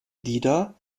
lieder